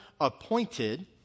appointed